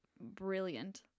brilliant